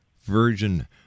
Virgin